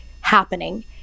happening